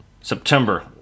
September